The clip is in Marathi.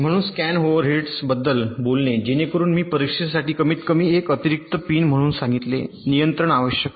म्हणून स्कॅन ओव्हरहेड्सबद्दल बोलणे जेणेकरून मी परीक्षेसाठी कमीतकमी एक अतिरिक्त पिन म्हणून सांगितले नियंत्रण आवश्यक आहे